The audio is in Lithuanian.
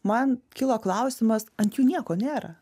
man kilo klausimas ant jų nieko nėra